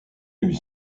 lui